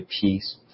peace